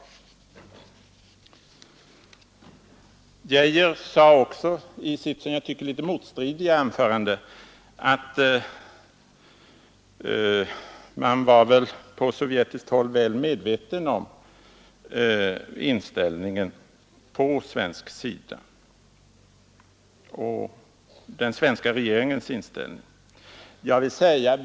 Herr Geijer sade också i sitt som jag tycker något motstridiga anförande att man på sovjetiskt håll var väl medveten om Sveriges och den svenska regeringens inställning.